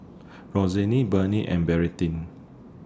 Roxanne Burnell and Meredith